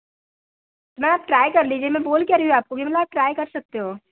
ma'am आप try कर लीजिए मैं बोल क्या रही हूँ आपको कि आप ट्राई कर सकते हो